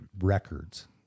records